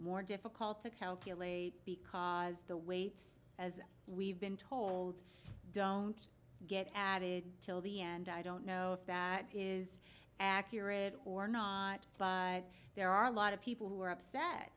more difficult to calculate because the waits as we've been told don't get added till the end i don't know if that is accurate or not but there are a lot of people who are